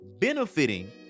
benefiting